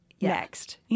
next